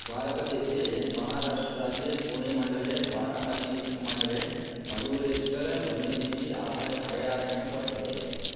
भारतदेशे महाराष्ट्राज्ये पूणिमण्डले भारामती उपमण्डले मयूरेश्वरवन्यजीविनः अभयम् अभयारण्यं वर्तते